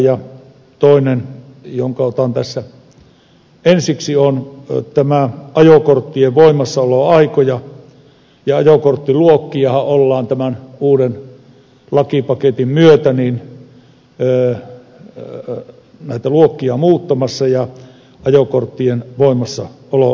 ja toinen asia jonka otan tässä ensiksi on se että ajokorttien voimassaoloaikoja ja ajokorttiluokkiahan ollaan tämän uuden lakipaketin daltonin ee ilkka nostalgia muuttumassa ja ajokortti on myötä muuttamassa